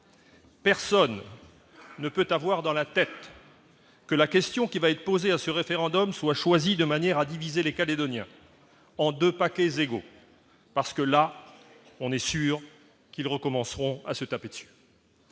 Personne ne peut avoir dans la tête que la question qui va être posée à ce référendum soient choisis de manière à diviser les Calédoniens en 2 paquets les égo, parce que là on est sûr qu'ils recommenceront à se taper dessus,